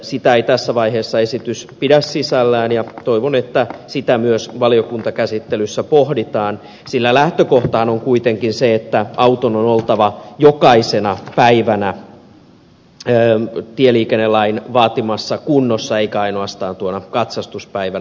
sitä ei tässä vaiheessa esitys pidä sisällään ja toivon että myös sitä valiokuntakäsittelyssä pohditaan sillä lähtökohtahan on kuitenkin se että auton on oltava jokaisena päivänä tieliikennelain vaatimassa kunnossa eikä ainoastaan tuona katsastuspäivänä